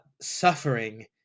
suffering